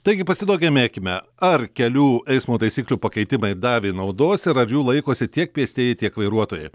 taigi pasidomėkime ar kelių eismo taisyklių pakeitimai davė naudos ir ar jų laikosi tiek pėstieji tiek vairuotojai